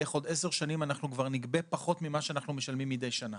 בערך עוד עשר שנים אנחנו כבר נגבה פחות ממה שאנחנו משלמים מידי שנה,